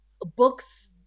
books